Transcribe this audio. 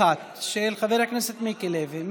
1, של חבר הכנסת מיקי לוי.